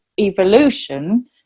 evolution